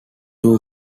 two